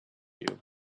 you